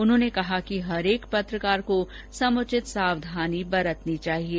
उन्होंने कहा कि हर एक पत्रकार को समुचित सावधानी बरतनी चाहिये